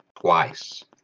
twice